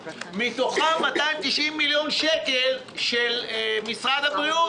מתוכם 290 מיליון שקל של משרד הבריאות,